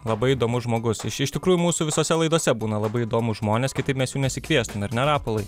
labai įdomus žmogus iš iš tikrųjų mūsų visose laidose būna labai įdomūs žmonės kitaip mes jų nesikviestume ar ne rapolai